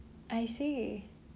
I see